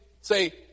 say